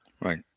Right